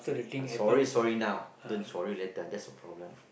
sorry sorry now don't sorry later just problem